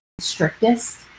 strictest